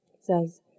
says